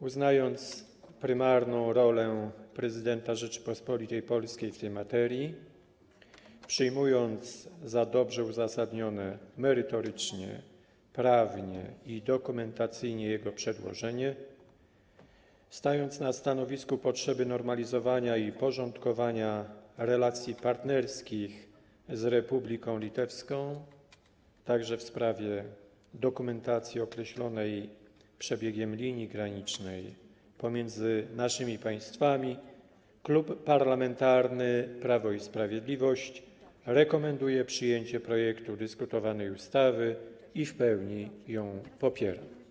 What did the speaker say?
Uznając prymarną rolę prezydenta Rzeczypospolitej Polskiej w tej materii, przyjmując za dobrze uzasadnione merytorycznie, prawnie i dokumentacyjnie jego przedłożenie, stojąc na stanowisku zakładającym istnienie potrzeby normalizowania i porządkowania relacji partnerskich z Republiką Litewską, także w sprawie dokumentacji określającej przebieg linii granicznej pomiędzy naszymi państwami, Klub Parlamentarny Prawo i Sprawiedliwość rekomenduje przyjęcie projektu procedowanej ustawy i w pełni ją popiera.